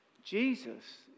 Jesus